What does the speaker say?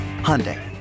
Hyundai